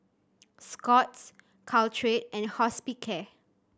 Scott's Caltrate and Hospicare